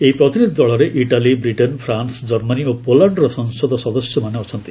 ଏହି ପ୍ରତିନିଧି ଦଳରେ ଇଟାଲୀ ବ୍ରିଟେନ୍ ଫ୍ରାନ୍ସ ଜର୍ମାନୀ ଓ ପୋଲାଣ୍ଡର ସଂସଦ ସଦସ୍ୟମାନେ ଅଛନ୍ତି